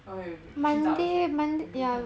oh wait wait wait wait 我去找一下我们看 like